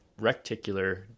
recticular